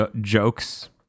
jokes